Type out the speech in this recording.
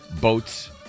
boats